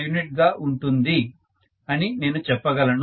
u గా ఉంటుంది అని నేను చెప్పగలను